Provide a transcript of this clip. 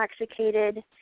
intoxicated